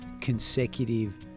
consecutive